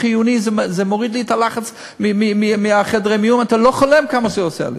ואת תוכנית המבחן, הפיילוט, שבו עוסק צו זה.